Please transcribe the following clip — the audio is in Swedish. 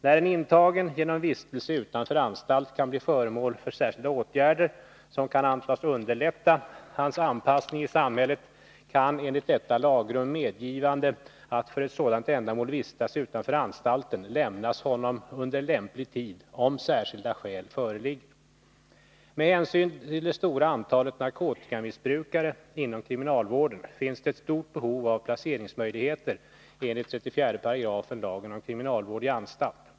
När en intagen genom vistelse utanför anstalt kan bli föremål för särskilda åtgärder som kan antas underlätta hans anpassning i samhället, kan enligt detta lagrum medgivande att för ett sådant ändamål vistas utanför anstalten lämnas honom under lämplig tid, om särskilda skäl föreligger. Med hänsyn till det stora antalet narkotikamissbrukare inom kriminalvården finns det ett stort behov av placeringsmöjligheter enligt 34 § lagen om kriminalvård i anstalt.